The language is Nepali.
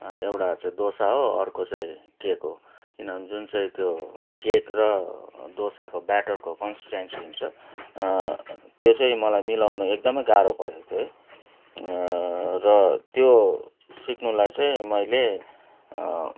एउटा चाहिँ डोसा हो अर्को चाहिँ केक हो किनभने जुन चाहिँ त्यो केक र डोसाको ब्याटरको कन्स्ट्यान्स हुन्छ त्यो चाहिँ मलाई मिलाउनु एकदमै गाह्रो परेको थियो है र त्यो सिक्नुलाई चाहिँ मैले